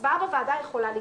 הצבעה בוועדה יכולה להתקיים.